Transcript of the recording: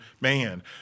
man